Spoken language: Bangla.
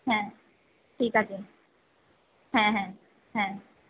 হ্য়াঁ ঠিক আছে হ্য়াঁ হ্যাঁ হ্য়াঁ